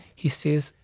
he says,